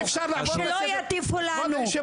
שלא יטיפו לנו,